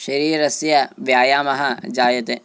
शरीरस्य व्यायामः जायते